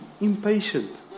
impatient